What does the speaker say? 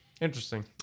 interesting